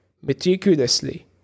meticulously